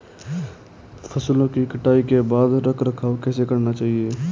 फसलों की कटाई के बाद रख रखाव कैसे करना चाहिये?